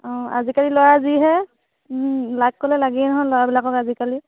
অঁ আজিকালি ল'ৰা যিহে লাগ ক'লে লাগেই নহয় ল'ৰাবিলাকক আজিকালি